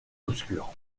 obscure